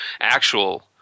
actual